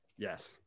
Yes